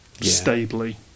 stably